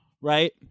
right